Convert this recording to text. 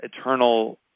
eternal